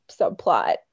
subplot